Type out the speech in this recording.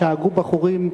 שאגו בחורים,